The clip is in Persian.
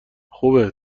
خوبه